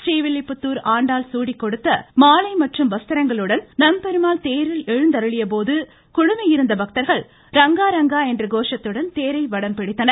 ஸ்ரீவில்லிபுத்தூர் ஆண்டாள் சூடி கொடுத்த மாலை மற்றும் வஸ்திரங்களுடன் நம்பெருமாள் தேரில் எழுந்தருளியபோது குழுமி இருந்த பக்தர்கள் ரங்கா ரங்கா என்ற கோஷத்துடன் தேரை வடம்பிடித்தனர்